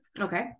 Okay